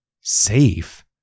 Safe